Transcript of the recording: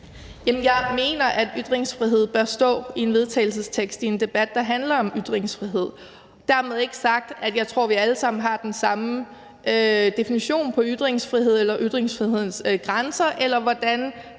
Jeg mener, at ordet ytringsfrihed bør stå i en vedtagelsestekst i en debat, der handler om ytringsfrihed. Dermed ikke sagt, at jeg tror, at vi alle sammen har den samme definition på ytringsfrihed eller ytringsfrihedens grænser, eller hvordan